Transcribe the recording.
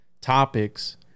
topics